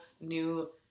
new